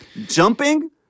Jumping